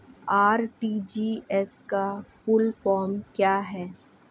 RTGS का full form क्या है?